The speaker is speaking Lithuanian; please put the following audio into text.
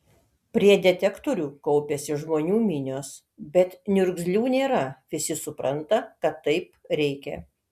prie detektorių kaupiasi žmonių minios bet niurzglių nėra visi supranta kad taip reikia